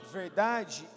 verdade